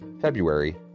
February